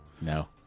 No